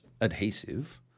adhesive